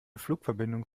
flugverbindung